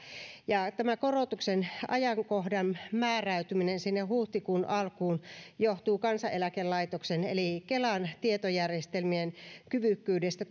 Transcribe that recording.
ja tämä korotuksen ajankohdan määräytyminen sinne huhtikuun alkuun johtuu kansaneläkelaitoksen eli kelan tietojärjestelmien kyvykkyydestä